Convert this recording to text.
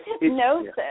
hypnosis